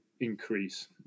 increase